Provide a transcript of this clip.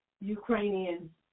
Ukrainian